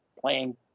playing